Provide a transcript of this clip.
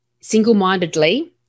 single-mindedly